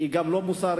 היא גם לא מוסרית